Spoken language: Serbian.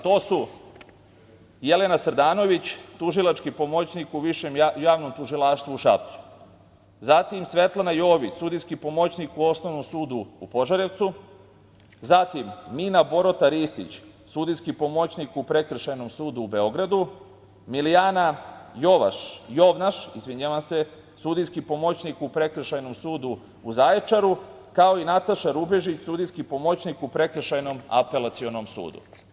To su: Jelena Srdanović, tužilački pomoćnik u Višem javnom tužilaštvu u Šapcu, Svetlana Jović, sudijski pomoćnik u Osnovnom sudu u Požarevcu, Mina Borota Ristić, sudijski pomoćnik u Prekršajnom sudu u Beogradu, Milijana Jovnaš, sudijski pomoćniku Prekršajnom sudu u Zaječaru, kao i Nataša Rubežić, sudijski pomoćnik u Prekršajnom apelacionom sudu.